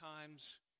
times